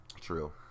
True